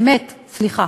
באמת, סליחה.